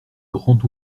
grands